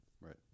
Right